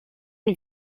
une